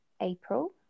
April